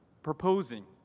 proposing